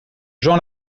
jean